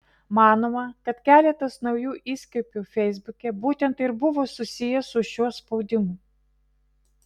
manoma kad keletas naujų įskiepių feisbuke būtent ir buvo susiję su šiuo spaudimu